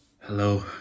Hello